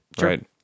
right